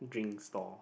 drink stall